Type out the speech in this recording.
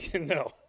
No